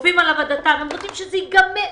הם רוצים שזה ייגמר,